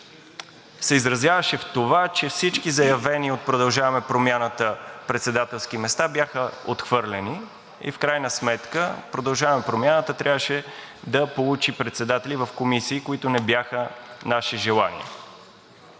се изразяваше в това, че всички заявени от „Продължаваме Промяната“ председателски места бяха отхвърлени и в крайна сметка „Продължаваме Промяната“ трябваше да получи председатели в комисии, които не бяха наши желания.